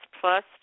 plus